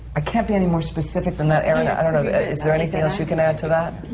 i can't be any more specific than that. erin, i don't know, is there anything else you can add to that?